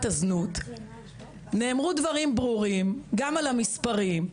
הזנות נאמרו דברים ברורים גם על המספרים,